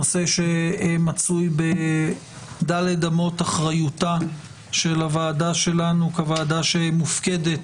זהו נושא שמצוי בדל"ת אמות אחריותה של הוועדה שלנו כוועדה שמופקדת